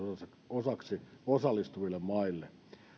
osaksi osallistuville maille